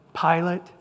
Pilate